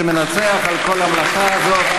(מחיאות כפיים) שמנצח על כל המלאכה הזאת,